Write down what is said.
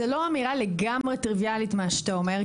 זו לא אמירה לגמרי טריוויאלית מה שאתה אומר,